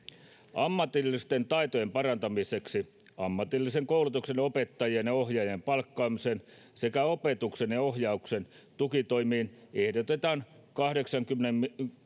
ammatillisten taitojen parantamiseksi ammatillisen koulutuksen opettajien ja ohjaajien palkkaamiseen sekä opetuksen ja ohjauksen tukitoimiin ehdotetaan kahdeksankymmenen